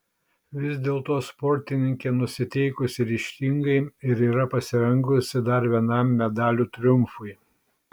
vis dėlto sportininkė nusiteikusi ryžtingai ir yra pasirengusi dar vienam medalių triumfui